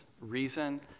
reason